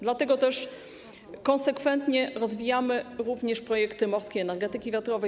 Dlatego też konsekwentnie rozwijamy również projekty morskiej energetyki wiatrowej.